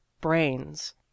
brains